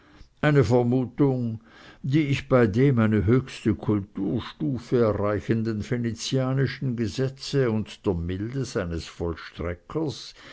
eine vermutung die ich bei dem eine höchste kulturstufe erreichenden venezianischen gesetze und der milde seines vollstreckers